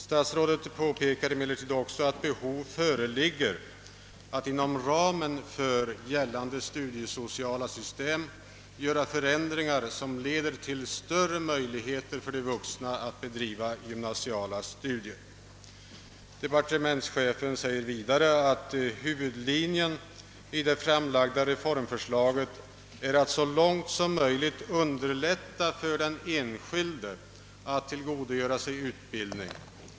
Statsrådet påpekar emellertid också att behov föreligger »att inom ramen för gällande studiesociala system göra förändringar som leder till större möjligheter för de vuxna att bedriva gymnasiala studier». Departementschefen säger vidare: »Huvudlinjen i det föregående framlagda reformförslaget är att så långt möjligt underlätta för den enskilde att tillgodogöra sig utbildningen.